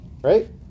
Right